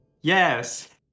Yes